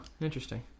interesting